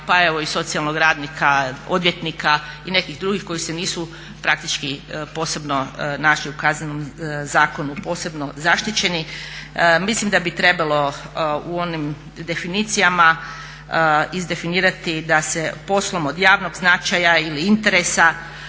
pa evo i socijalnog radnika, odvjetnika i nekih drugih koji se nisu praktički posebno našli u Kaznenom zakonu posebno zaštićeni. Mislim da bi trebalo u onim definicijama izdefinirati da se poslom od javnog značaja ili interesa